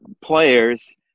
players